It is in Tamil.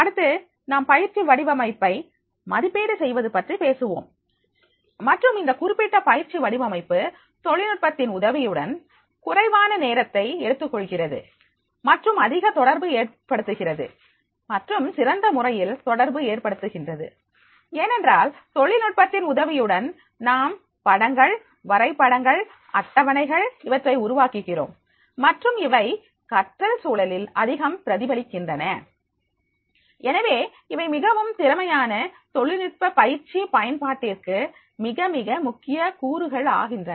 அடுத்து நாம் பயிற்சி வடிவமைப்பை மதிப்பீடு செய்வது பற்றி பேசுவோம் மற்றும் இந்த குறிப்பிட்ட பயிற்சி வடிவமைப்பு தொழில்நுட்பத்தின் உதவியுடன் குறைவான நேரத்தை எடுத்துக் கொள்கிறது மற்றும் அதிக தொடர்பு ஏற்படுத்துகிறது மற்றும் சிறந்த முறையில் தொடர்பு ஏற்படுத்துகின்றது ஏனென்றால் தொழில்நுட்பத்தின் உதவியுடன் நாம் படங்கள் வரைபடங்கள் அட்டவணைகள் இவற்றை உருவாக்குகிறோம் மற்றும் இவை கற்றல் சூழலில் அதிகம் பிரதிபலிக்கின்றன எனவே இவை மிகவும் திறமையான தொழில்நுட்ப பயிற்சி பயன்பாட்டிற்கு மிக மிக முக்கிய கூறுகள் ஆகின்றன